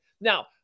Now